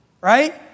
right